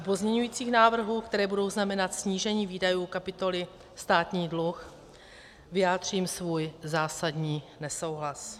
U pozměňovacích návrhů, které budou znamenat snížení výdajů kapitoly Státní dluh, vyjádřím svůj zásadní nesouhlas.